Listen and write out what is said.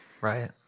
right